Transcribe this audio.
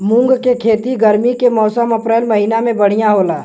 मुंग के खेती गर्मी के मौसम अप्रैल महीना में बढ़ियां होला?